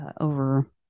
over